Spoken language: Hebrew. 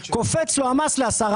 קופץ לו המס ל-10%.